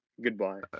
goodbye